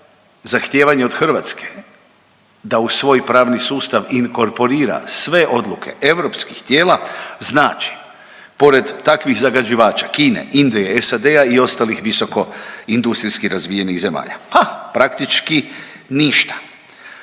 zahtijevanje od Hrvatske da u svoj pravni sustav inkorporira sve odluke europski tijela znači pored takvih zagađivača Kine, Indije, SAD-a i ostalih visoko industriji razvijenih zemalja, ha praktički ništa.